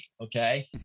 Okay